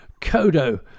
Kodo